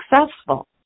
successful